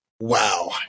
wow